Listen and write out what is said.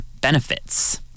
benefits